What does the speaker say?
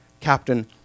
captain